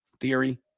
theory